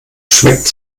schmeckt